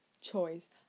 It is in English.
choice